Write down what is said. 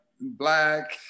black